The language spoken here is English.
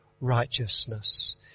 righteousness